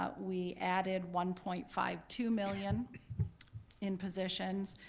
ah we added one point five two million in positions.